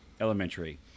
Elementary